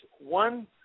one